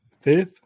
fifth